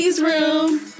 room